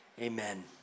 Amen